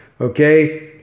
okay